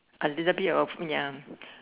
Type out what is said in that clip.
a little bit of ya